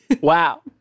Wow